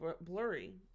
blurry